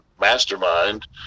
mastermind